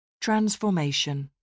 Transformation